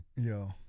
yo